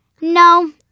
No